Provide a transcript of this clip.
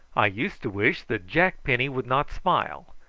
i used to wish that jack penny would not smile,